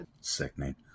sickening